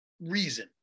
reason